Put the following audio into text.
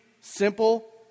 simple